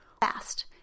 fast